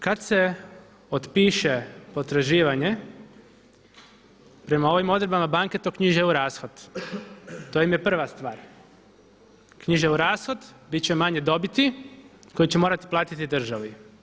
Kada se otpiše potraživanje prema ovim odredbama, banke to knjiže u rashod to im je prva stvar, knjiže u rashod, bit će manje dobiti koje će morati platiti državi.